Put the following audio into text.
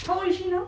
how old is she now